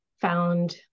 found